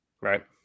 right